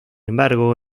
embargo